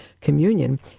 communion